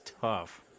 tough